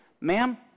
Ma'am